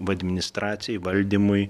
va administracijai valdymui